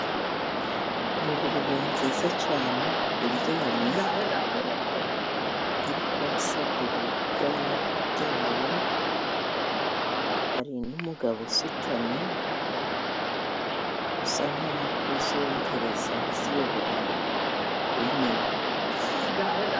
Ingurube nziza cyane, iryamye iri konsa ibibwana byayo, hari n'umugabo usutamye usa nk'aho ari kuzonkereza, aziyobora kuri nyina.